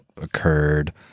occurred